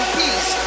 peace